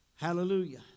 Hallelujah